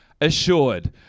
assured